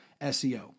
SEO